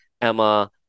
Emma